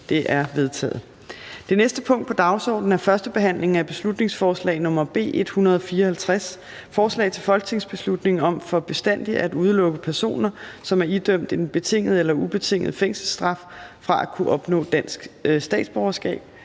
Det er vedtaget. --- Det næste punkt på dagsordenen er: 16) 1. behandling af beslutningsforslag nr. B 154: Forslag til folketingsbeslutning om for bestandig at udelukke personer, som er idømt en betinget eller ubetinget fængselsstraf, fra at kunne opnå dansk statsborgerskab.